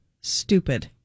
Stupid